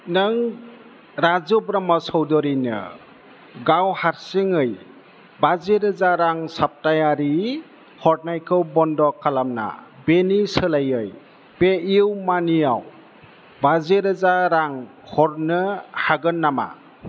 नों राजु ब्रह्म चौधुरिनो गाव हारसिङै बाजि रोजा रां साप्तायारि हरनायखौ बन्द' खालामना बेनि सोलायै पेइउमानिआव बाजि रोजा रां हरनो हागोन नामा